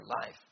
life